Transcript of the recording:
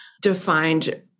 defined